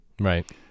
Right